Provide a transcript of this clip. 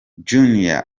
junior